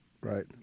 Right